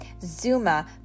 Zuma